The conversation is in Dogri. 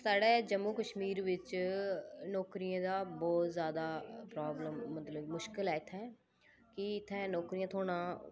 साढ़ै जम्मू कश्मीर बिच्च नौकरियें दा बौह्त ज्यादा प्राब्लम मतलब मुश्कल ऐ इत्थें कि इत्थें नौकरियां थ्होना